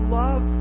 love